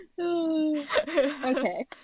Okay